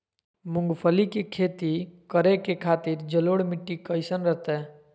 मूंगफली के खेती करें के खातिर जलोढ़ मिट्टी कईसन रहतय?